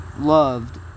Loved